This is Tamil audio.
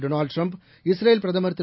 டொனால்டுட்ரம்ப் இஸ்ரேல் பிரதமர் திரு